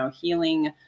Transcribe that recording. healing